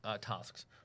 tasks